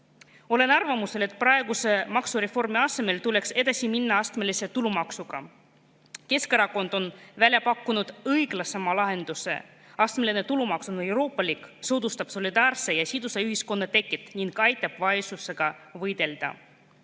arvamusel, et praeguse maksureformi asemel tuleks edasi minna astmelise tulumaksuga. Keskerakond on välja pakkunud õiglasema lahenduse. Astmeline tulumaks on euroopalik, soodustab solidaarse ja sidusa ühiskonna teket ning aitab vaesusega võidelda.